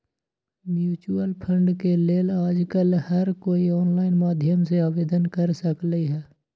mutual fund के लेल आजकल हर कोई ऑनलाईन माध्यम से आवेदन कर सकलई ह